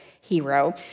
hero